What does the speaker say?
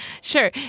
sure